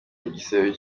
igisebe